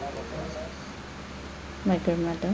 like your mother